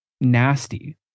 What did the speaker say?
nasty